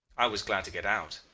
i was glad to get out.